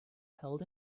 held